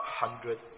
hundred